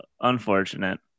Unfortunate